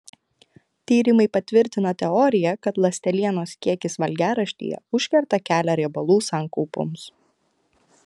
tyrimai patvirtina teoriją kad ląstelienos kiekis valgiaraštyje užkerta kelią riebalų sankaupoms